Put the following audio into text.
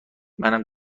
منم